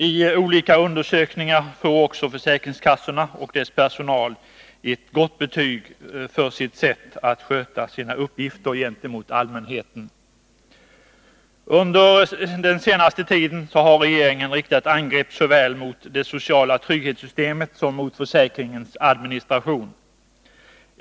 I olika undersökningar får också försäkringskassorna och deras personal ett gott betyg för sitt sätt att sköta sina uppgifter gentemot allmänheten. Under den senaste tiden har regeringen riktat angrepp såväl mot det sociala trygghetssystemet som mot försäkringens administration.